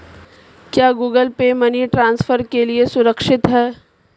क्या Google Pay money transfer के लिए सुरक्षित है?